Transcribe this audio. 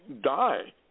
die